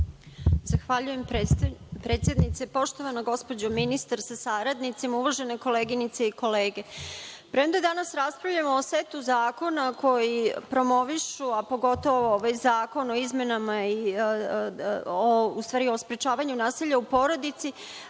Zahvaljujem, predsednice. Poštovana gospođo ministar sa saradnicima, uvažene koleginice i kolege, premda danas raspravljamo o setu zakona koji promovišu, a pogotovo ovaj Zakon o sprečavanju nasilja u porodici,